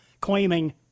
claiming